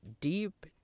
deep